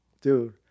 dude